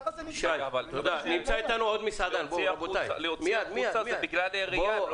יש לזכור שלהוציא החוצה יכול לחייב אותם במס בגלל העירייה.